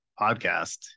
podcast